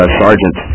sergeant